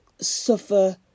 suffer